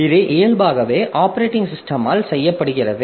இது இயல்பாகவே ஆப்பரேட்டிங் சிஸ்டமால் செய்யப்படுகிறது